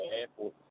airport